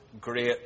great